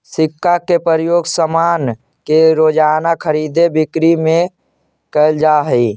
सिक्का के प्रयोग सामान के रोज़ाना खरीद बिक्री में कैल जा हई